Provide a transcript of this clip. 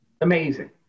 amazing